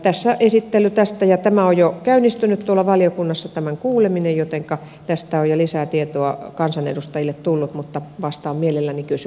tässä esittely tästä ja valiokunnassa on jo käynnistynyt tämän kuuleminen jotenka tästä on jo lisää tietoa kansanedustajille tullut mutta vastaan mielelläni kysymyksiin